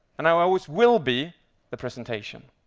and i always will be the presentation.